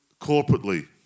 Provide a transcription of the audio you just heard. corporately